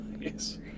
Yes